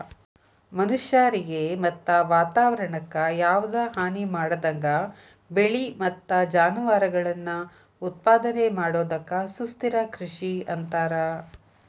ಮನಷ್ಯಾರಿಗೆ ಮತ್ತ ವಾತವರಣಕ್ಕ ಯಾವದ ಹಾನಿಮಾಡದಂಗ ಬೆಳಿ ಮತ್ತ ಜಾನುವಾರಗಳನ್ನ ಉತ್ಪಾದನೆ ಮಾಡೋದಕ್ಕ ಸುಸ್ಥಿರ ಕೃಷಿ ಅಂತಾರ